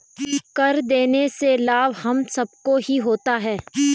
कर देने से लाभ हम सबको ही होता है